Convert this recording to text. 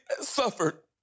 suffered